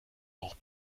auch